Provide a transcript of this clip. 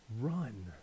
Run